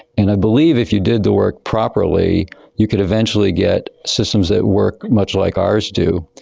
and i believe if you did the work properly you could eventually get systems that work much like ours do,